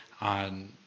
on